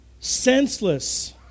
senseless